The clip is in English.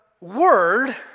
Word